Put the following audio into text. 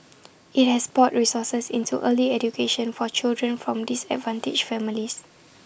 IT has poured resources into early education for children from disadvantaged families